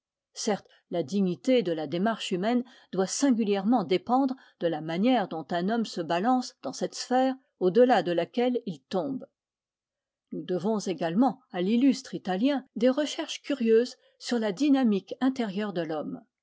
certes la dignité de la démarche humaine doit singulièrement dépendre de la manière dont un homme se balance dans cette sphère au delà de laquelle il tombe nous devons également à l'illustre italien des recherches curieuses sur la dynamique intérieure de l'homme